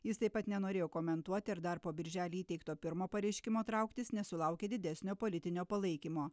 jis taip pat nenorėjo komentuoti ir dar po birželį įteikto pirmo pareiškimo trauktis nesulaukė didesnio politinio palaikymo